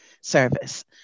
service